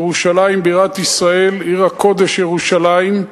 ירושלים, בירת ישראל, עיר הקודש ירושלים,